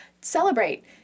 celebrate